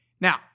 Now